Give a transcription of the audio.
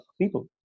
people